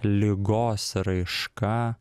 ligos raiška